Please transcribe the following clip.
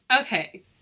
Okay